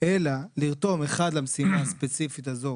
אלא לרתום למשימה הספציפית הזו